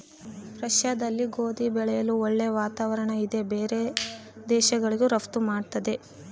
ರಷ್ಯಾದಲ್ಲಿ ಗೋಧಿ ಬೆಳೆಯಲು ಒಳ್ಳೆ ವಾತಾವರಣ ಇದೆ ಬೇರೆ ದೇಶಗಳಿಗೂ ರಫ್ತು ಮಾಡ್ತದೆ